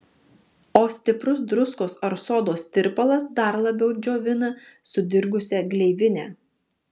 o stiprus druskos ar sodos tirpalas dar labiau džiovina sudirgusią gleivinę